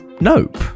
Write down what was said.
nope